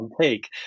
take